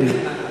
בדיוק.